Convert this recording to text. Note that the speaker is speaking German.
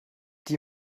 die